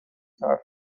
صرف